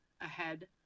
ahead